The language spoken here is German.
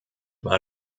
war